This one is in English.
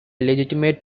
legitimate